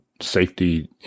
safety